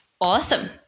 Awesome